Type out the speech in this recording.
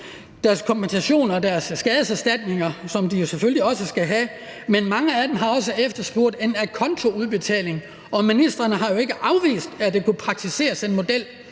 deres kompensationer og deres skadeserstatninger, som de selvfølgelig skal have, men mange af dem har også efterspurgt en acontoudbetaling, og ministrene har jo ikke afvist, at der kunne praktiseres efter